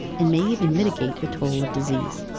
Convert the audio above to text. and may even mitigate the toll of disease.